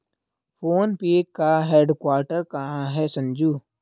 Phone पे का headquarter कहां है संजू?